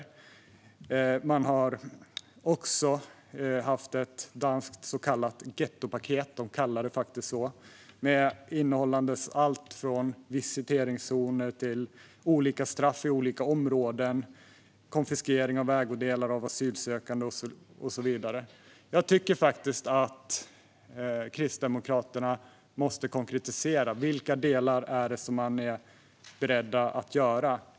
I Danmark har man också haft ett så kallat gettopaket - de kallar det faktiskt så - innehållande visiteringszoner, olika straff i olika områden, konfiskering av asylsökandes ägodelar och så vidare. Jag tycker faktiskt att Kristdemokraterna måste konkretisera vilka delar som de är beredda att införa.